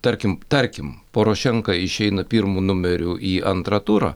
tarkim tarkim porošenka išeina pirmu numeriu į antrą turą